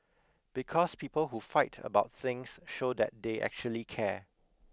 because people who fight about things show that they actually care